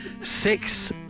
Six